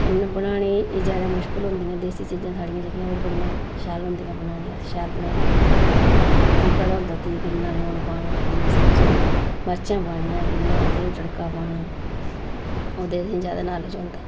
इ'नें बनाने एह् ज्यादा मुश्कल होंदियां देसी चीजां साढ़ियां जेह्कियां ओह् बड़ियां शैल होंदियां बनाने अस शैल बनाई लैन्ने उनेंई असें पता होंदा उत्त च किन्ना लून पाना किन्नी सब्जी च मर्चां पानियां किन्ना तेल तड़का पाना ओह्दा असें ज्यादा नालेज होंदा